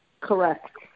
Correct